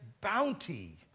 bounty